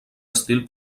estil